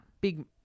big